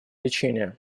лечения